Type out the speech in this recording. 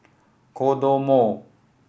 Kodomo